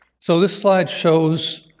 so this slide shows